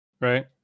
right